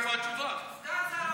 איפה התשובה?